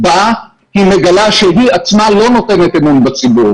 זה הסמכת שירות הביטחון.